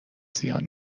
زیان